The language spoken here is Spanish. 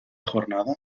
jornada